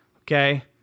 okay